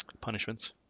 punishments